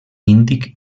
índic